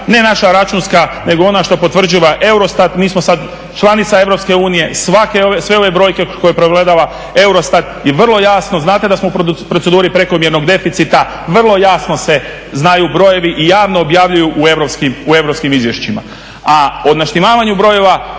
ne naša računska nego ona što potvrđiva EUROSTAT. Mi smo sad članica Europske unije, sve ove brojke koje pregledava EUROSTAT i vrlo jasno znate da smo u proceduri prekomjernog deficita, vrlo jasno se znaju brojevi i javno objavljuju u europskim izvješćima. A o naštimavanju brojeva